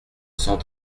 cent